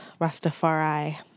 Rastafari